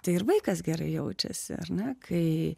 tai ir vaikas gerai jaučiasi ar ne kai